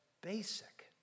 basic